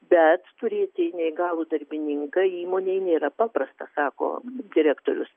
bet turėti neįgalų darbininką įmonėj nėra paprasta sako direktorius